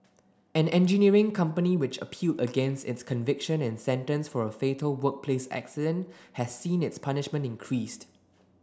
an engineering company which appealed against its conviction and sentence for a fatal workplace accident has seen its punishment increased